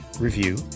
review